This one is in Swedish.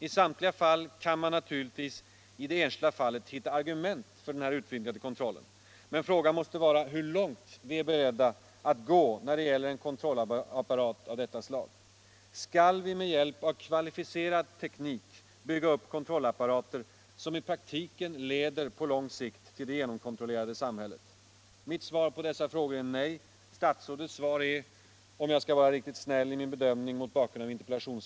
I det enskilda fallet kan man naturligtvis hitta argument för den utvidgade kontrollen, men frågan måste vara hur långt vi är beredda att gå när det gäller en kontrollapparat av detta slag. Skall vi med hjälp av kvalificerad teknik bygga upp kontrollapparater som i praktiken på lång sikt leder till det genomkontrollerade samhället? Mitt svar på dessa frågor Nr 88 är nej. Statsrådets svar är — om jag skall vara riktigt snäll i min bedömning Tisdagen den —- på sin höjd ett jaså.